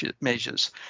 measures